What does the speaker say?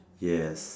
yes